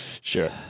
Sure